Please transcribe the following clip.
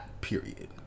period